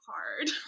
hard